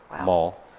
mall